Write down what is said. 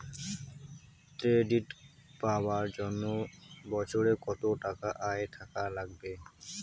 Credit পাবার জন্যে বছরে কত টাকা আয় থাকা লাগবে?